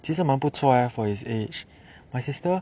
其实蛮不错唉 for his age my sister